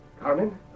Carmen